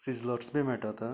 sizzlers बी मेळटात